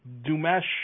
Dumesh